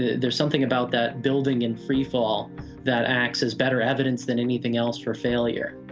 there's something about that building in freefall that acts as better evidence than anything else for failure